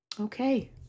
Okay